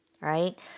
Right